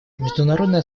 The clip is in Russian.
международное